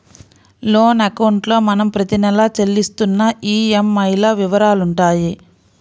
loan అకౌంట్లో మనం ప్రతి నెలా చెల్లిస్తున్న ఈఎంఐల వివరాలుంటాయి